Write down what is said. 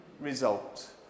result